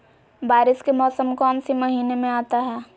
बारिस के मौसम कौन सी महीने में आता है?